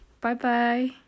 Bye-bye